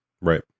Right